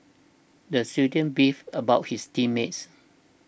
the student beefed about his team mates